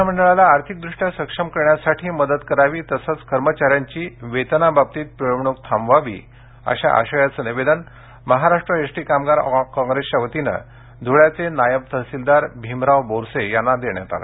महामंडळास आर्थिक दृष्ट्या सक्षम करण्यासाठी मदत करावी तसेच कर्मचाऱ्यांची वेतनाबाबतीत पिळवणूक थांबवावी अशा आशयाचे निवेदन महाराष्ट्र एसटी कामगार कॉंग्रेसच्या वतीने धूळ्याचे नायब तहसीलदार भिमराव बोरसे यांना सादर करण्यात आले